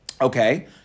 Okay